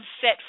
set